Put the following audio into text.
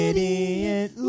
Idiot